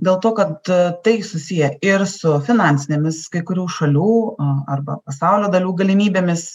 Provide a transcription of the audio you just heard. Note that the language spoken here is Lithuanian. dėl to kad tai susiję ir su finansinėmis kai kurių šalių arba pasaulio dalių galimybėmis